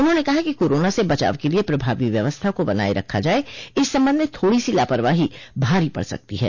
उन्होंने कहा कि कोरोना से बचाव के लिये प्रभावी व्यवस्था को बनाये रखा जाये इस संबंध में थोड़ी सी लापरवाही भारी पड़ सकती है